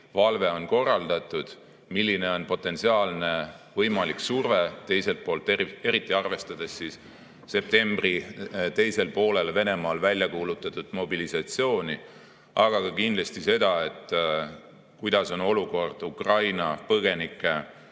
valve on korraldatud, milline on potentsiaalne võimalik surve teiselt poolt, eriti arvestades septembri teisel poolel Venemaal välja kuulutatud mobilisatsiooni, aga kindlasti ka seda, milline on olukord Ukraina põgenike